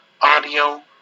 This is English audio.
audio